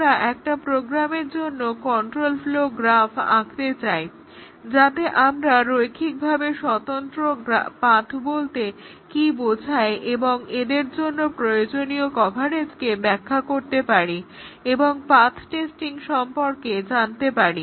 আমরা একটা প্রোগ্রামের জন্য কন্ট্রোল ফ্লো গ্রাফ আঁকতে চাই যাতে আমরা রৈখিকভাবে স্বতন্ত্র পাথ্ বলতে কি বোঝায় এবং এদের জন্য প্রয়োজনীয় কভারেজকে ব্যাখ্যা করতে পারি এবং পাথ্ টেস্টিং সম্পর্কে জানতে পারি